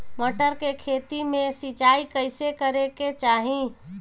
मटर के खेती मे सिचाई कइसे करे के चाही?